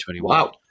Wow